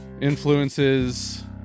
influences